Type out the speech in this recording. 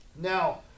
now